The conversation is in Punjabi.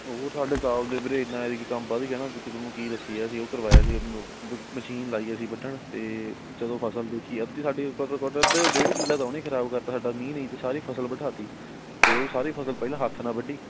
ਹੋਰ ਸਾਡੇ ਤਾਂ ਆਪਣੇ ਵੀਰੇ ਇੰਨਾ ਐਤਕੀਂ ਕੰਮ ਵੱਧ ਗਿਆ ਨਾ ਅਤੇ ਕਿਸੇ ਨੂੰ ਕੀ ਦੱਸੀਏ ਅਸੀਂ ਉਹ ਕਰਵਾਇਆ ਸੀਗਾ ਮਸ਼ੀਨ ਲਾਈ ਅਸੀਂ ਵੱਢਣ 'ਤੇ ਜਦੋਂ ਫ਼ਸਲ ਦੇਖੀ ਅੱਧੀ ਸਾਡੀ ਘੱਟੋ ਘੱਟ ਅੱਧੇ ਤੋਂ ਡੇਢ ਕਿੱਲਾ ਤਾਂ ਉਹਨੇ ਖ਼ਰਾਬ ਕਰਤਾ ਸਾਡਾ ਮੀਂਹ ਨੇ ਅਤੇ ਸਾਰੀ ਫ਼ਸਲ ਬਿਠਾ ਦਿੱਤੀ ਅਤੇ ਉਹ ਸਾਰੇ ਫ਼ਸਲ ਪਹਿਲਾਂ ਹੱਥ ਨਾਲ ਵੱਢੀ